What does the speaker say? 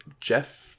Jeff